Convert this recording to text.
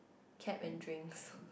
cab and drinks